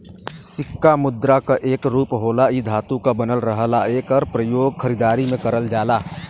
सिक्का मुद्रा क एक रूप होला इ धातु क बनल रहला एकर प्रयोग खरीदारी में करल जाला